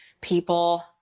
people